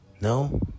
No